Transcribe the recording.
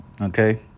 okay